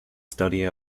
study